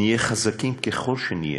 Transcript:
נהיה חזקים ככל שנהיה,